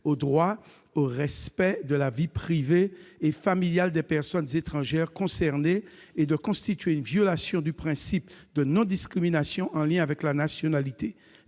atteinte au respect de la vie privée et familiale des personnes étrangères concernées et de constituer une violation du principe de non-discrimination en lien avec la nationalité.